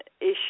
issue